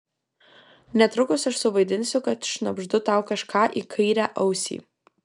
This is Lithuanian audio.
netrukus aš suvaidinsiu kad šnabždu tau kažką į kairę ausį